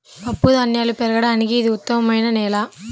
పప్పుధాన్యాలు పెరగడానికి ఇది ఉత్తమమైన నేల